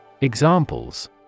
Examples